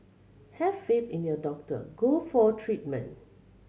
have faith in your doctor go for treatment